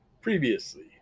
Previously